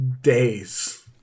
days